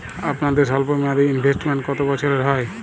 আপনাদের স্বল্পমেয়াদে ইনভেস্টমেন্ট কতো বছরের হয়?